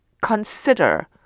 consider